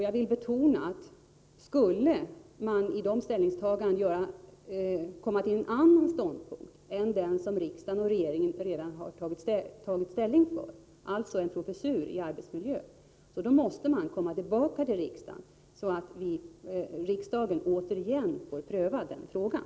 Jag vill betona att om man i dessa ställningstaganden skulle komma till en annan ståndpunkt än den som riksdagen och regeringen redan har tagit ställning för, alltså en professur i arbetsmiljö, måste man komma tillbaka till riksdagen så att riksdagen återigen får pröva den frågan.